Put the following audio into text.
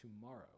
tomorrow